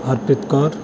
Harpreet Kaur